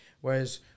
Whereas